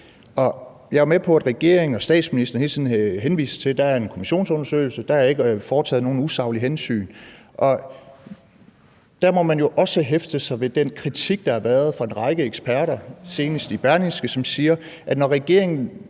Jeg er med på, at regeringen og statsministeren hele tiden henviser til, at der er en kommissionsundersøgelse, og at der ikke er taget nogen usaglige hensyn. Der må man jo også hæfte sig ved den kritik, der har været fra en række eksperter, senest i Berlingske,